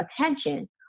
attention